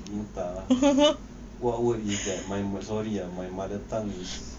pintar what word is that sorry ah my mother tongue is